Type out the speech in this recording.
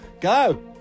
go